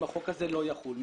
אם החוק הזה לא יחול,